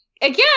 again